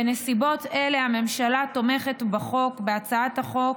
בנסיבות אלה, הממשלה תומכת בחוק, בהצעת החוק,